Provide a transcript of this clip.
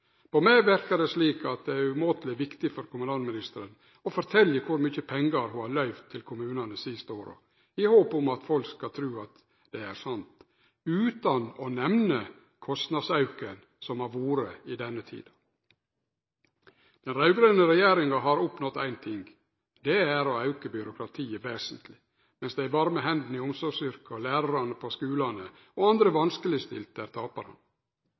På meg verker det slik at det er umåteleg viktig for kommunalministeren å fortelje kor mykje pengar ho har løyvd til kommunane dei siste åra – i håp om at folk skal tru at det er sant – utan å nemne kostnadsauken som har vore i denne tida. Den raud-grøne regjeringa har oppnådd éin ting, og det er å auke byråkratiet vesentleg, mens dei varme hendene i omsorgsyrka og lærarane på skulane og andre